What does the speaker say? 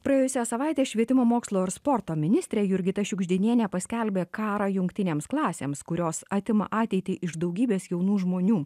praėjusią savaitę švietimo mokslo ir sporto ministrė jurgita šiugždinienė paskelbė karą jungtinėms klasėms kurios atima ateitį iš daugybės jaunų žmonių